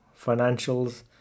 financials